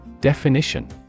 Definition